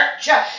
church